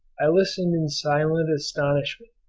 i listened in silent astonishment,